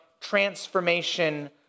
transformation